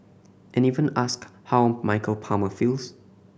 and even asked how Michael Palmer feels